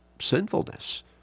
sinfulness